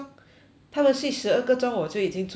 他们睡十二个钟我就已经足够了吧